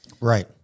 Right